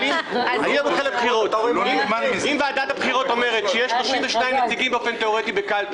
אם ועדת הבחירות אומרת שיש 32 נציגים באופן תיאורטי בקלפי